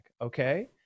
okay